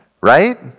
right